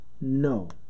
no